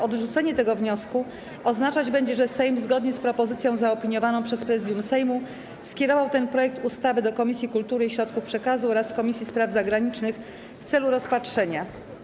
Odrzucenie tego wniosku oznaczać będzie, że Sejm, zgodnie z propozycją zaopiniowaną przez Prezydium Sejmu, skierował ten projekt ustawy do Komisji Kultury i Środków Przekazu oraz Komisji Spraw Zagranicznych w celu rozpatrzenia.